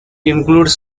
includes